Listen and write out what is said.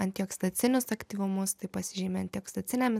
antioksidacinius aktyvumus tai pasižymi antioksidacinėmis